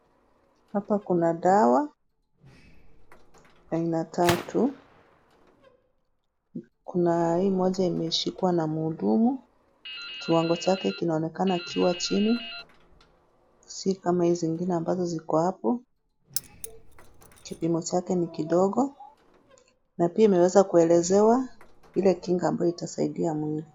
Hapa kuna dawa aina tatu, kuna hii moja imeshikwa na mhudumu, kiwango chake kinaonekana kikiwa chini, si kama hizi zingine ambazo ziko hapo, kipimo chake ni kidogo na pia imeweza kuelezewa ile kinga ambayo itasaidia mwili.